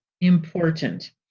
important